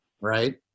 right